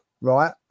right